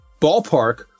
ballpark